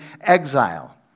exile